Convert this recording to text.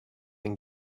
and